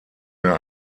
mehr